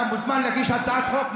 אתה מוזמן להגיש הצעת חוק.